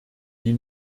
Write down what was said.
die